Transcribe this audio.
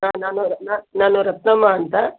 ನಾ ನಾನು ನಾ ನಾನು ರತ್ನಮ್ಮ ಅಂತ